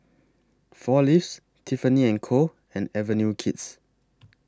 four Leaves Tiffany and Co and Avenue Kids